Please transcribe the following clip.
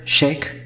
Shake